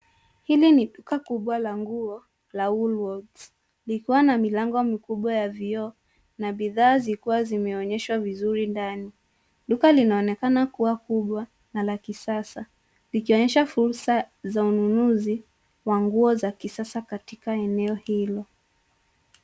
Hili ni duka kubwa la nguo la Woolworth likiwa na milango mikubwa ya vioo na bidhaa zikiwa zimeonyeshwa vizuri ndani. Duka linaonekana kuwa kubwa na la kisasa likionyesha fursa za ununuzi wa nguo za kisasa katika eneo hilo.